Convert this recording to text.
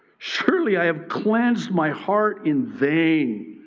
surely i have clensed my heart in vain,